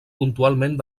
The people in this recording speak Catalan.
puntualment